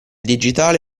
digitale